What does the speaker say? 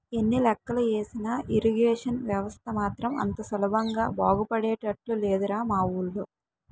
ఎన్ని లెక్కలు ఏసినా ఇరిగేషన్ వ్యవస్థ మాత్రం అంత సులభంగా బాగుపడేటట్లు లేదురా మా వూళ్ళో